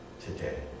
today